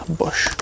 bush